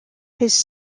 his